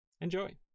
Enjoy